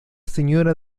señora